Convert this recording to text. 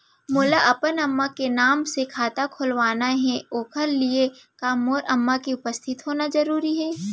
मोला अपन अम्मा के नाम से खाता खोलवाना हे ओखर लिए का मोर अम्मा के उपस्थित होना जरूरी हे?